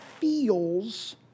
feels